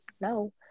no